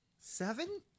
Seven